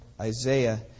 Isaiah